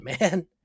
man